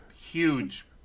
huge